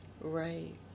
Right